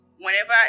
whenever